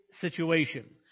situation